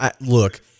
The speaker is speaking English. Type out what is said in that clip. look